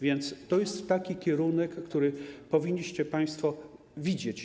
Więc to jest taki kierunek, który powinniście państwo widzieć.